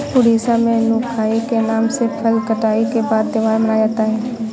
उड़ीसा में नुआखाई के नाम से फसल कटाई के बाद त्योहार मनाया जाता है